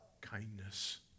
kindness